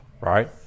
right